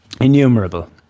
innumerable